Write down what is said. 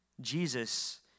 Jesus